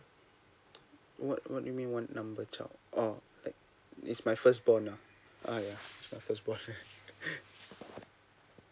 what what do you mean want number child uh it's my first born now uh yeah my first born right